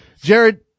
Jared